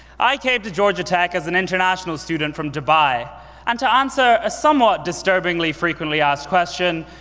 i came to georgia tech as an international student from dubai and to answer a somewhat disturbingly frequently asked question,